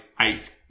eight